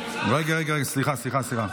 הצעה מוצמדת של חבר